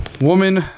woman